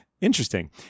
Interesting